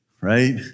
right